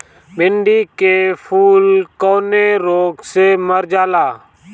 भिन्डी के फूल कौने रोग से मर जाला?